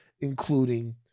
including